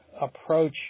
approach